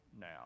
now